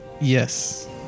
Yes